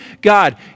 God